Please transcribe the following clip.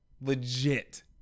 Legit